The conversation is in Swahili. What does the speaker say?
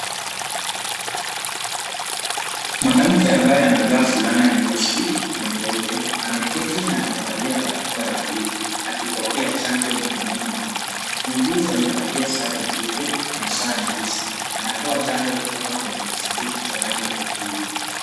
Mwanamke ambaye amevaa fulana nyeusi na nyeupe ameketi na amevalia barakoa ya blue akipokea chanjo mkononi mwake. Muuguzi amevalia sare nyeupe na saa nyeusi. Anatoa chanjo kutoka kwenye kisanduku cha rangi ya kijivu.